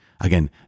Again